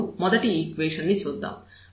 ఇప్పుడు మొదటి ఈక్వేషన్ ను చూద్దాం